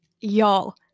Y'all